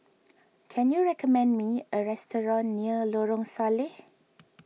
can you recommend me a restaurant near Lorong Salleh